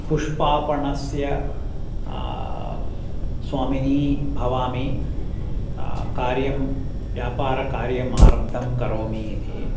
पुष्पापणस्य स्वामिनी भवामि कार्यं व्यापारकार्यम् आरब्धं करोमि इति